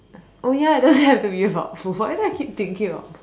oh ya it don't have to be about food why do I keep thinking about food